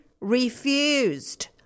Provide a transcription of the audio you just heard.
refused